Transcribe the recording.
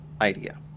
idea